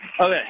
Okay